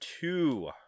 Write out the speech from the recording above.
two